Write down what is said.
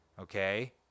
okay